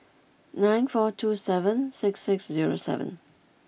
nine four two seven six six zero seven